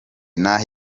ntaho